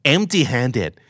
Empty-handed